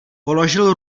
položil